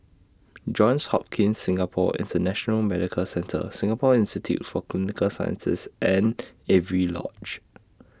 Johns Hopkins Singapore International Medical Centre Singapore Institute For Clinical Sciences and Avery Lodge